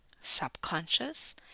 subconscious